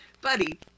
buddy